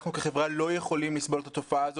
אנחנו כחברה לא יכולים לסבול את התופעה הזאת.